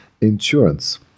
insurance